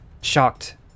shocked